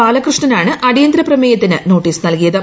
ബാലകൃഷ്ണനാണ് അടിയന്തിര പ്രമേയത്തിന് നോട്ടീസ് നൽകിയത്